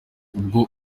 ubwo